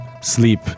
sleep